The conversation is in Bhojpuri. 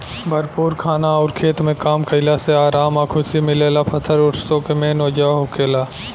भरपूर खाना अउर खेत में काम कईला से आराम आ खुशी मिलेला फसल उत्सव के मेन वजह होखेला